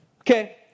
Okay